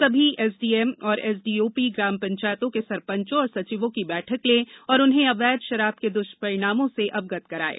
सभी एसडीएम और एसडीओपी ग्राम पंचायतों के सरपंचों और सचिवों की बैठक लें और उन्हें अवैध शराब के दुष्परिणामों से अवगत कराये